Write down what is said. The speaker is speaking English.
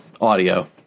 audio